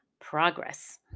progress